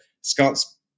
Scott's